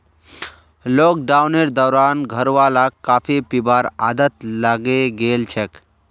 लॉकडाउनेर दौरान घरवालाक कॉफी पीबार आदत लागे गेल छेक